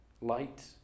light